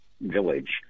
village